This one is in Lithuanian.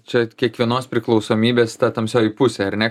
čia kiekvienos priklausomybės ta tamsioji pusė ar ne